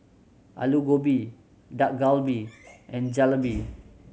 Alu Gobi Dak Galbi and Jalebi